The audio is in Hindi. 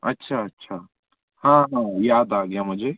अच्छा अच्छा हाँ हाँ याद आ गया मुझे